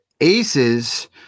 aces